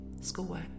schoolwork